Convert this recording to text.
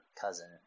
cousin